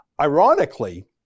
ironically